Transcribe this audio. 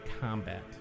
combat